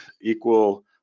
equal